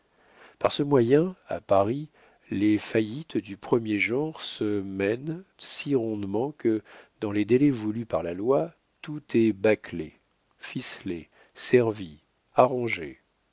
par ce moyen à paris les faillites du premier genre se mènent si rondement que dans les délais voulus par la loi tout est bâclé ficelé servi arrangé